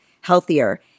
healthier